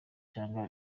cyangwa